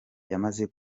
yamaze